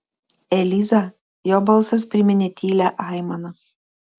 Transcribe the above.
eliza jo balsas priminė tylią aimaną